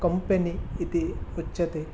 company इति उच्यते